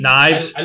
Knives